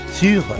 sur